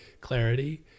clarity